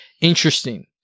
interesting